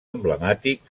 emblemàtic